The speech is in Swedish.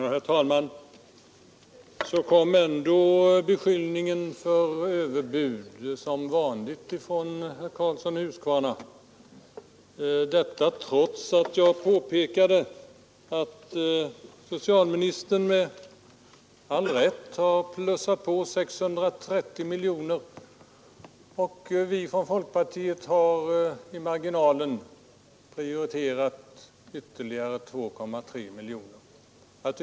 Herr talman! Så kom ändå som vanligt beskyllningen för överbud från herr Karlsson i Huskvarna, trots att jag påpekade att socialministern med all rätt har plussat på 630 miljoner kronor och vi från folkpartiet i marginalen har prioriterat ytterligare 2,3 miljoner kronor.